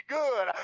good